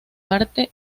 parte